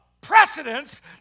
precedence